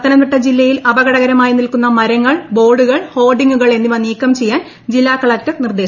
പത്തനംതിട്ട ജില്ലയിൽ അപകടകരമായി നിൽക്കുന്ന മരങ്ങൾ ബോർഡുകൾ ഹോർഡിംഗുകൾ എന്നിവ നീക്കം ചെയ്യാൻ ജില്ലാ കളക്ടർ നിർദ്ദേശം നൽകി